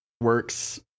works